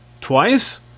Twice